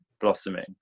blossoming